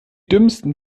dümmsten